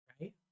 right